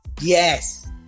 Yes